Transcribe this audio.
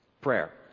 Prayer